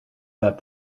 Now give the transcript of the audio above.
that